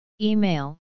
Email